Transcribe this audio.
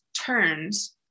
turns